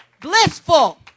blissful